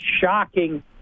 shocking